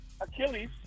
Achilles